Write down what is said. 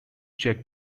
check